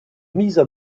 mises